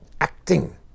acting